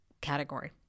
category